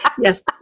Yes